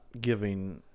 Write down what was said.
giving